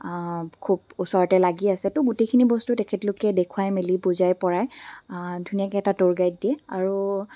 খুব ওচৰতে লাগি আছে তো গোটেইখিনি বস্তু তেখেতলোকে দেখুৱাই মেলি বুজাই পৰাই ধুনীয়াকৈ এটা টুৰ গাইড দিয়ে আৰু